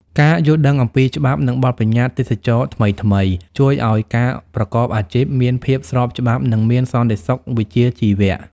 ការយល់ដឹងអំពីច្បាប់ និងបទបញ្ញត្តិទេសចរណ៍ថ្មីៗ ជួយឱ្យការប្រកបអាជីពមានភាពស្របច្បាប់ និងមានសន្តិសុខវិជ្ជាជីវៈ។